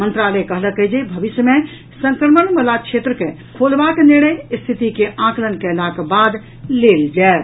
मंत्रालय कहलक अछि जे भविष्य मे संक्रमण बला क्षेत्र के खोलबाक निर्णय स्थिति के आकलन कयलाक बाद लेल जायत